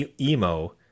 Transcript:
emo